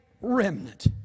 remnant